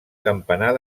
campanar